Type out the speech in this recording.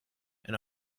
and